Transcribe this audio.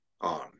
on